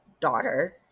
daughter